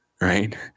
right